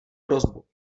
prosbu